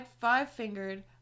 five-fingered